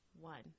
one